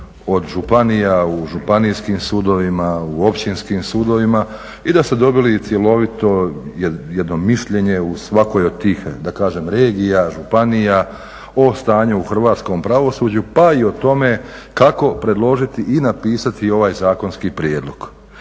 od županija, u županijskim sudovima, u općinskim sudovima i da ste dobili cjelovito jedno mišljenje u svakoj od tih da kažem regija, županija o stanju u hrvatskom pravosuđu pa i o tome kako predložiti i napisati ovaj zakonski prijedlog.